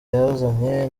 yazanye